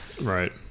Right